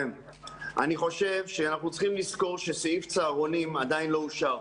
אני חושב שצריך לזכור שסעיף צהרונים עדיין לא אושר,